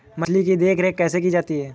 मछली की देखरेख कैसे की जाती है?